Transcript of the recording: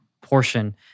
portion